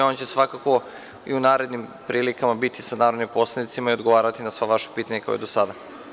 On će svakako i u narednim prilikama biti sa narodnim poslanicima i odgovarati na sva vaša pitanja, kao i do sada.